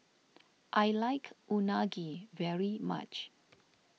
I like Unagi very much